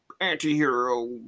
anti-hero